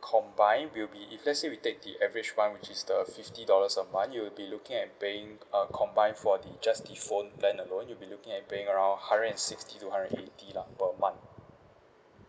combine will be if let say we take the average [one] which is the fifty dollars a month you'll be looking at paying uh combined for the just the phone plan alone you'll be looking at paying around hundred and sixty to hundred and eighty lah per month